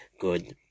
good